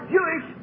Jewish